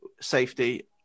safety